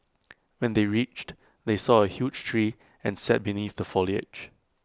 when they reached they saw A huge tree and sat beneath the foliage